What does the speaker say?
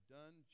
done